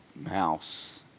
mouse